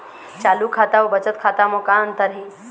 चालू खाता अउ बचत खाता म का अंतर हे?